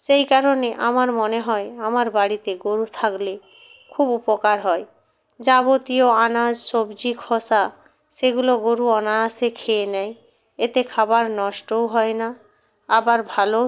সেই কারণে আমার মনে হয় আমার বাড়িতে গোরু থাকলে খুব উপকার হয় যাবতীয় আনাজ সবজি খোসা সেগুলো গোরু অনায়াসে খেয়ে নেয় এতে খাবার নষ্টও হয় না আবার ভালো